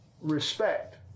Respect